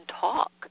talk